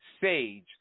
sage